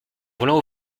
voulant